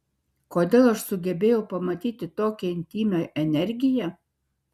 kodėl aš sugebėjau pamatyti tokią intymią energiją